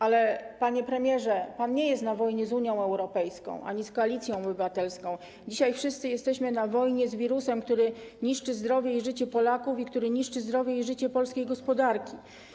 Ale, panie premierze, pan nie jest wojnie z Unią Europejską ani z Koalicją Obywatelską, dzisiaj wszyscy jesteśmy na wojnie z wirusem, który niszczy zdrowie i życie Polaków i który niszczy zdrowie i życie polskiej gospodarki.